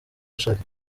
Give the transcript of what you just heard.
bashaka